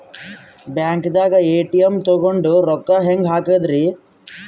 ಬ್ಯಾಂಕ್ದಾಗ ಎ.ಟಿ.ಎಂ ತಗೊಂಡ್ ರೊಕ್ಕ ಹೆಂಗ್ ಹಾಕದ್ರಿ?